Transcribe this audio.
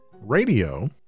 radio